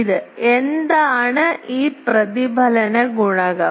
ഇത് എന്താണ് ഈ പ്രതിഫലന ഗുണകം